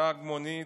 נהג מונית,